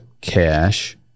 cash